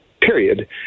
period